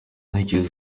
ntekerezo